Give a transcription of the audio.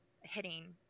hitting